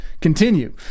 continue